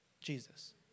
Jesus